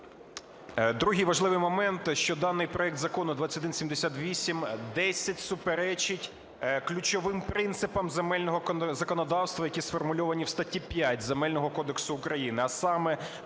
Другий важливий момент, що даний проект Закону 2178-10 суперечить ключовим принципам земельного законодавства, які сформульовані в статті 5 Земельного кодексу України, а саме: